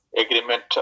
agreement